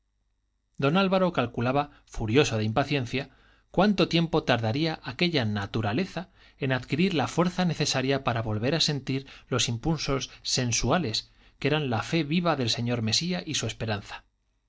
don álvaro calculaba furioso de impaciencia cuánto tiempo tardaría aquella naturaleza en adquirir la fuerza necesaria para volver a sentir los impulsos sensuales que eran la fe viva del señor mesía y su esperanza